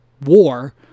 war